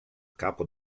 capo